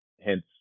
Hence